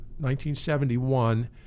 1971